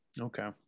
Okay